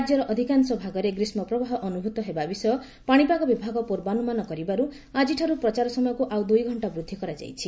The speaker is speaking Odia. ରାଜ୍ୟର ଅଧିକାଂଶ ଭାଗରେ ଗ୍ରୀଷ୍ମ ପ୍ରବାହ ଅନୁଭୂତ ହେବା ବିଷୟ ପାଣିପାଗ ବିଭାଗ ପୂର୍ବାନୁମାନ କରିବାରୁ ଆଜିଠାରୁ ପ୍ରଚାର ସମୟକୁ ଆଉ ଦୁଇଘଣ୍ଟା ବୃଦ୍ଧି କରାଯାଇଛି